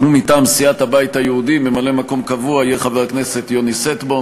מטעם סיעת הבית היהודי ממלא-מקום קבוע יהיה חבר הכנסת יוני שטבון.